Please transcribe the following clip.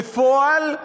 בפועל,